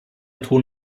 ton